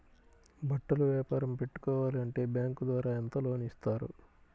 బట్టలు వ్యాపారం పెట్టుకోవాలి అంటే బ్యాంకు ద్వారా ఎంత లోన్ ఇస్తారు?